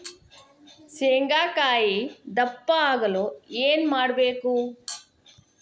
ಶೇಂಗಾಕಾಯಿ ದಪ್ಪ ಆಗಲು ಏನು ಮಾಡಬೇಕು?